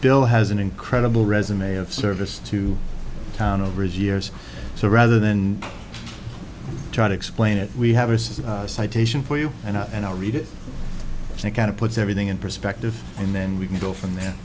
bill has an incredible resume of service to town over his years so rather than try to explain it we have a citation for you and i and i read it and it kind of puts everything in perspective and then we can go from there